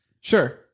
Sure